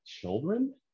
children